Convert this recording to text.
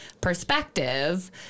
perspective